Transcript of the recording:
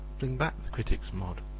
fling back the critic's mud.